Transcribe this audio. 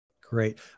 Great